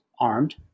armed